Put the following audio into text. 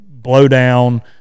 blowdown